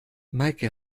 meike